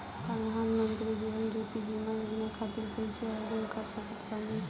प्रधानमंत्री जीवन ज्योति बीमा योजना खातिर कैसे आवेदन कर सकत बानी?